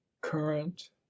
current